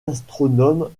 astronomes